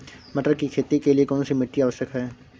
मटर की खेती के लिए कौन सी मिट्टी आवश्यक है?